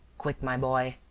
quick, my boy,